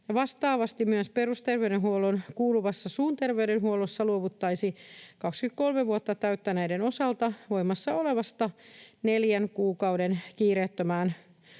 Vastaavasti myös perusterveydenhuoltoon kuuluvassa suun terveydenhuollossa luovuttaisiin 23 vuotta täyttäneiden osalta voimassa olevasta neljän kuukauden kiireettömään